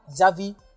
Xavi